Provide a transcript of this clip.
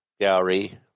Gallery